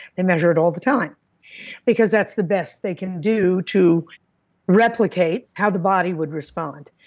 they measure it all the time because that's the best they can do to replicate how the body would respond.